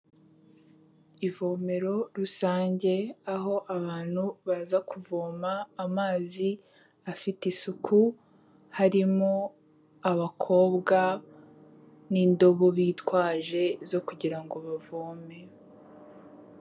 Ivomero rusange aho abantu baza kuvoma amazi afite isuku, harimo abakobwa n'indobo bitwaje zo kugira ngo bavome.